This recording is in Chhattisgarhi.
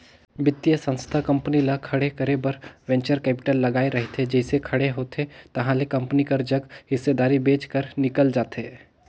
बित्तीय संस्था कंपनी ल खड़े करे बर वेंचर कैपिटल लगाए रहिथे जइसे खड़े होथे ताहले कंपनी कर जग हिस्सादारी बेंच कर निकल जाथे